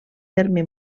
terme